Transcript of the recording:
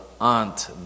aunt